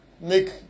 make